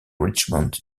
richmond